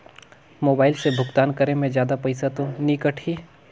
Mobile से भुगतान करे मे जादा पईसा तो नि कटही?